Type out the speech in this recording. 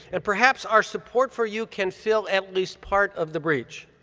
and perhaps our support for you can fill at least part of the breach.